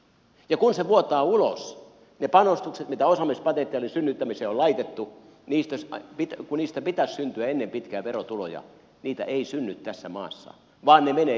ja kun se vuotaa ulos niistä panostuksista mitä osaamispotentiaalin synnyttämiseen on laitettu vaikka niistä pitäisi syntyä ennen pitkää verotuloja niitä ei synny tässä maassa vaan ne menevät jonnekin muualle